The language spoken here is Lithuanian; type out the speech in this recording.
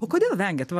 o kodėl vengiat va